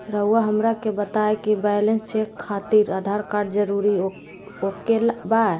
रउआ हमरा के बताए कि बैलेंस चेक खातिर आधार कार्ड जरूर ओके बाय?